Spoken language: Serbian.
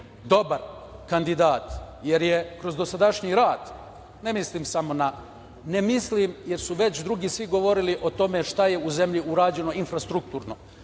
dobar kandidat, jer je kroz dosadašnji rad, ne mislim samo na, ne mislim jer su već drugi svi govorili o tome šta je u zemlji urađeno infrastrukturno,